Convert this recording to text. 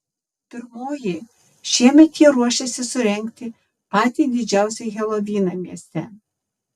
pirmoji šiemet jie ruošiasi surengti patį didžiausią helovyną mieste